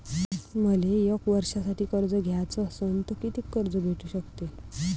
मले एक वर्षासाठी कर्ज घ्याचं असनं त कितीक कर्ज भेटू शकते?